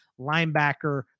Linebacker